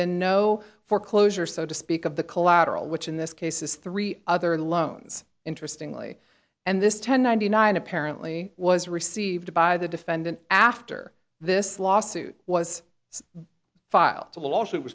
been no foreclosure so to speak of the collateral which in this case is three other loans interestingly and this ten ninety nine apparently was received by the defendant after this lawsuit was filed the lawsuit